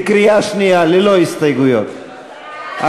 ללא הסתייגויות,